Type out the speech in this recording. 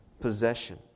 possession